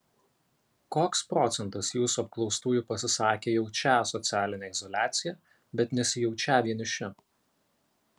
koks procentas jūsų apklaustųjų pasisakė jaučią socialinę izoliaciją bet nesijaučią vieniši